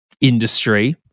industry